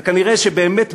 אז נראה שבאמת,